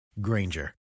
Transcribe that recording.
Granger